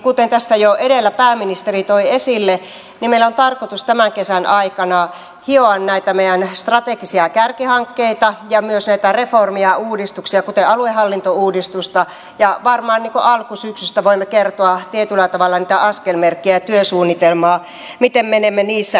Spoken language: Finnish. kuten tässä jo edellä pääministeri toi esille meillä on tarkoitus tämän kesän aikana hioa näitä meidän strategisia kärkihankkeitamme ja myös näitä reformeja uudistuksia kuten aluehallintouudistusta ja varmaan alkusyksystä voimme kertoa tietyllä tavalla niitä askelmerkkejä ja työsuunnitelmaa miten menemme niissä eteenpäin